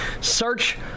Search